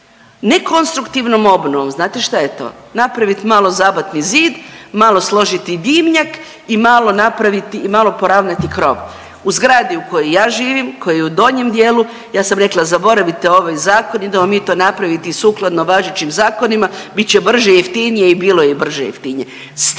ne konstruktivnom obnovom, znate šta je to? Napravit malo zabatni zid, malo složiti dimnjak i malo napraviti i malo poravnati krov, u zgradi u kojoj ja živim, koji je u donjem dijelu, ja sam rekla, zaboravite ovaj Zakon, idemo mi to napraviti sukladno važećim zakonima, bit će brže, jeftinije i bilo je i brže i jeftinijem.